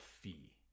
fee